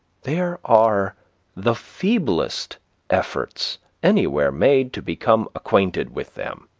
there are the feeblest efforts anywhere made to become acquainted with them.